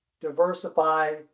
diversify